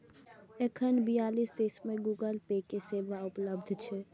एखन बियालीस देश मे गूगल पे के सेवा उपलब्ध छै